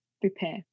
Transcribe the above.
prepare